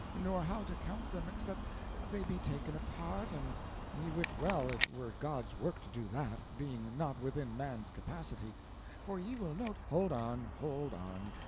nor how to count them except they be taken apart, and ye wit well it were god's work to do that, being not within man's capacity for ye will note hold on, hold on,